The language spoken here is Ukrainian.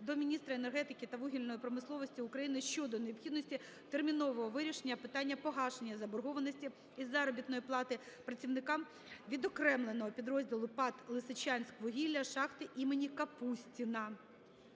до міністра енергетики та вугільної промисловості України щодо необхідності термінового вирішення питання погашення заборгованості із заробітної плати працівникам відокремленого підрозділу ПАТ "Лисичанськвугілля" шахти імені Капустіна.